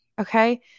okay